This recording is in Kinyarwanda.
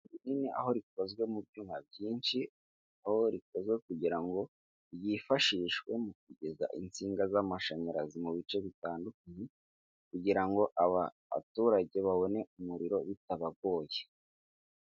Ipoto rinni aho rikozwe mu byuma byinshi, aho rikozwe kugira ngo ryifashishwe mu kugeza insinga z'amashanyarazi mu bice bitandukanye, kugira ngo aba baturage babone umuriro bitabagoye.